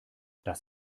das